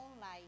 life